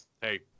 hey